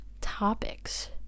topics